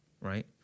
right